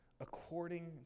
according